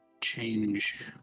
change